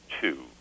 two